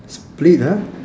split ah